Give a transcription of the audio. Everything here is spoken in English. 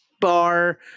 bar